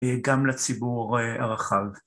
‫גם לציבור הרחב.